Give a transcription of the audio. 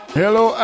hello